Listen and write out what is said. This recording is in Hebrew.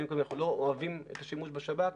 לא אוהבים את השימוש בשב"כ,